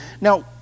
Now